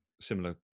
similar